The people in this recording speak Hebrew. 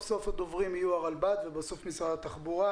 לאחר מכן הרלב"ד ובסוף משרד התחבורה.